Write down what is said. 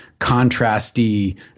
contrasty